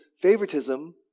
favoritism